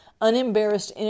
unembarrassed